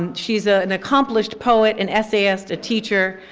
and she's ah an accomplished poet and essayist, a teacher,